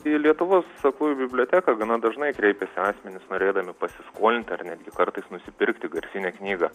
į lietuvos aklųjų biblioteką gana dažnai kreipiasi asmenys norėdami pasiskolinti ar netgi kartais nusipirkti garsinę knygą